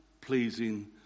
pleasing